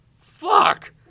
Fuck